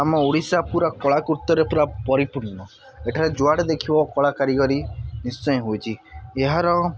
ଆମ ଓଡ଼ିଶା ପୁରା କଳାକୃତରେ ପୁରା ପରିପୁର୍ଣ୍ଣ ଏଠାରେ ଯୁଆଡ଼େ ଦେଖିବ କଳା କାରିଗରୀ ନିଶ୍ଚୟ ହୋଇଛି ଏହାର